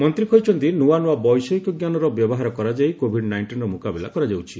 ମନ୍ତ୍ରୀ କହିଛନ୍ତି ନୂଆନୁଆ ବୈଷୟିକଞ୍ଜାନର ବ୍ୟବହାର କରାଯାଇ କୋଭିଡ୍ ନାଇଷ୍ଟିନ୍ର ମୁକାବିଲା କରାଯାଉଛି